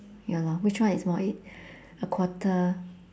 ya lor which one is more it a quarter